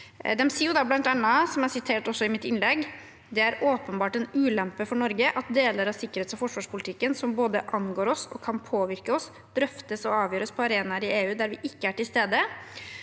De sier bl.a., som jeg også siterte i mitt innlegg: «Det er åpenbart en ulempe for Norge at deler av sikkerhets- og forsvarspolitikken som både angår og kan påvirke oss, drøftes og avgjøres på arenaer i EU der vi ikke er til stede.»